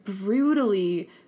brutally